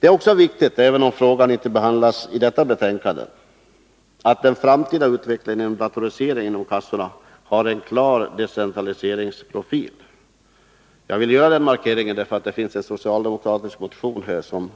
Det är också viktigt — även om den frågan inte behandlas i detta betänkande — att den framtida utvecklingen av datoriseringen inom kassorna har en klar decentraliseringsprofil. Jag vill göra den markeringen, därför att det finns en socialdemokratisk motion som